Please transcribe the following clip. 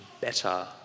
better